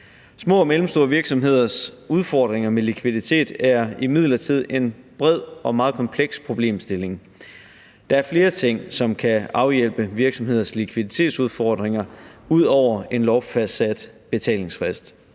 Små og mellemstore virksomheders udfordringer med likviditet er imidlertid en bred og meget kompleks problemstilling. Der er flere ting, som kan afhjælpe virksomheders likviditetsudfordringer ud over en lovfastsat betalingsfrist.